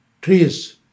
trees